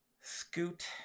scoot